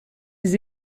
des